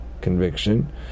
conviction